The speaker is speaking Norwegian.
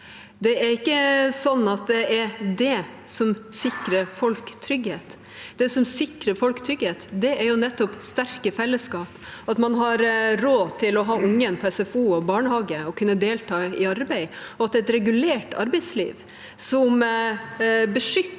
Det er ikke sånn at det er det som sikrer folk trygghet. Det som sikrer folk trygghet, er nettopp sterke fellesskap – at man har råd til å ha ungen på SFO og i barnehage og kan delta i arbeid, og at det er et regulert arbeidsliv som beskytter